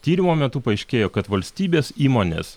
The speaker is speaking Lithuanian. tyrimo metu paaiškėjo kad valstybės įmonės